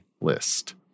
list